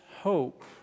hope